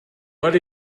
what